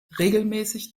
regelmäßig